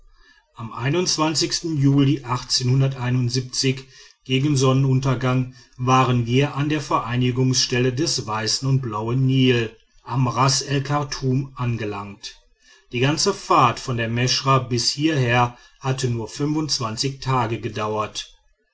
am juli gegen sonnenuntergang waren wir an der vereinigungsstelle des weißen und blauen nil am ras el chartum angelangt die ganze fahrt von der meschra bis hierher hatte nur tage gedauert